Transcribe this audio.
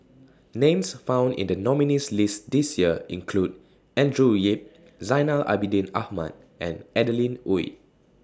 Names found in The nominees' list This Year include Andrew Yip Zainal Abidin Ahmad and Adeline Ooi